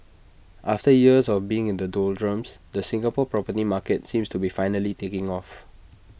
after years of being in the doldrums the Singapore property market seems to be finally taking off